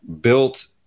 built